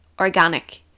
organic